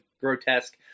grotesque